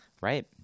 right